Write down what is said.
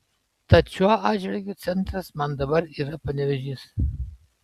tad šiuo atžvilgiu centras man dabar yra panevėžys